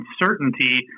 uncertainty